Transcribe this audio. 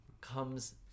Comes